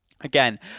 again